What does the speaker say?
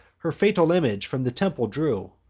her fatal image from the temple drew,